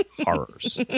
horrors